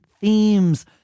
themes